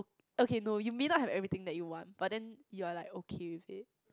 okay no you may not have everything that you want but then you're like okay with it